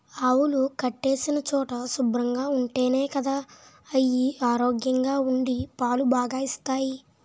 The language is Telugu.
ఆవులు కట్టేసిన చోటు శుభ్రంగా ఉంటేనే గదా అయి ఆరోగ్యంగా ఉండి పాలు బాగా ఇస్తాయి